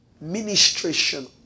ministration